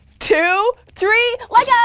two. three. let go!